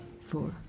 four